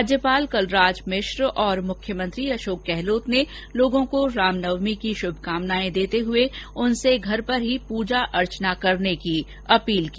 राज्यपाल कलराज मिश्र और मुख्यमंत्री अशोक गहलोत ने लोगों को रामनवमी की शुभकामनाएं देते हुए उनसे घर पर ही पूजा अर्चना करने की अपील की